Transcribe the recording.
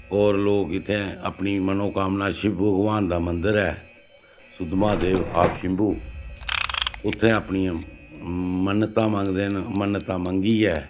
होर लोक इत्थें अपनी मनोकामना शिव भगवान दा मंदर ऐ सुद्ध महादेव आफ शम्भू उत्थें अपनी मन्नतां मंगदे न मन्नतां मंगियै